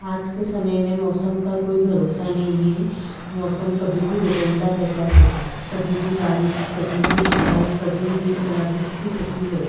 आजके समय में मौसम का कोई भरोसा नहीं है मौसम कभी भी बदलता रहता है कभी भी बारिश कभी भी हवाएँ कभी भी ओलावृष्टि होती है